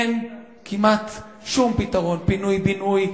אין כמעט שום פתרון: פינוי-בינוי,